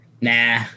Nah